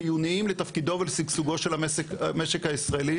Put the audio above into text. חיוניים לתפקידו ולשגשוגו של המשק הישראלי,